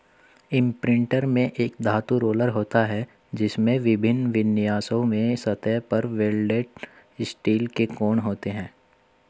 imprinter में एक धातु रोलर होता है, जिसमें विभिन्न विन्यासों में सतह पर वेल्डेड स्टील के कोण होते हैं